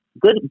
Good